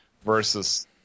versus